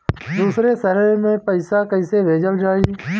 दूसरे शहर में पइसा कईसे भेजल जयी?